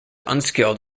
unskilled